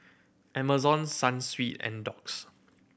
Amazon Sunsweet and Doux